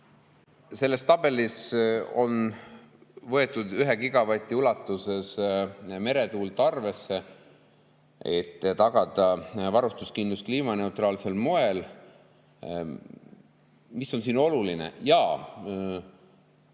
Selles tabelis on võetud arvesse 1 gigavati ulatuses meretuult, et tagada varustuskindlus kliimaneutraalsel moel. Mis on siin oluline? Jaa,